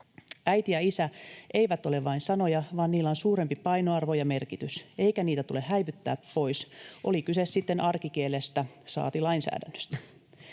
”Äiti” ja ”isä” eivät ole vain sanoja, vaan niillä on suurempi painoarvo ja merkitys, eikä niitä tule häivyttää pois, oli kyse sitten arkikielestä saati lainsäädännöstä.